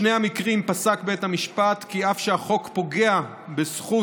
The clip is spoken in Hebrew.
בשני המקרים פסק בית המשפט כי אף שהחוק פוגע בזכות